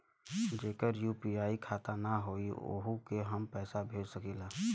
जेकर यू.पी.आई खाता ना होई वोहू के हम पैसा भेज सकीला?